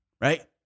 right